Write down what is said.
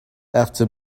after